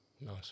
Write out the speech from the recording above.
Nice